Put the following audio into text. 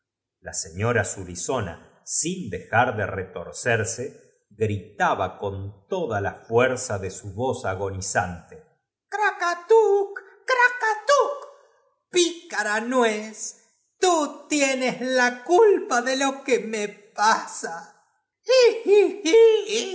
la señora suizona sin dejar de retorcerse gritab a con toda la fuerza do su voz ago nizante krak atuk krakn tuk picara nuez tú tienes la culpa de lo que me pasa